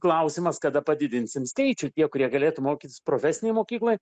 klausimas kada padidinsim skaičių tie kurie galėtų mokytis profesinėj mokykloj